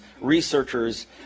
researchers